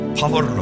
power